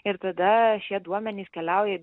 ir tada šie duomenys keliauja į